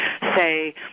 Say